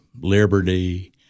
Liberty